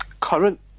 Current